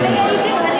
תנאי סף לכולם.